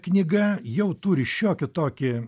knyga jau turi šiokį tokį